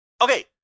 Okay